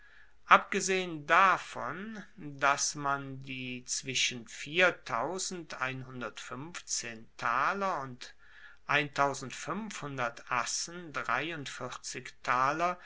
abgesehen davon dass man die zwischen und assen